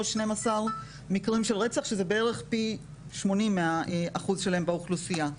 12 מקרים של רצח שזה בערך פי 80 מהאחוז שלהם באוכלוסייה.